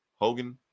Hogan